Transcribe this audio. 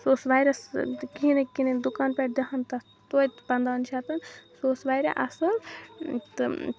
سُہ اوس واریاہ کِہیٖنے کِہیٖنے دُکان پیٹھ دِہَن تَتھ توتہِ پَندہَن شیٚتَن سُہ اوس واریاہ اصل تہٕ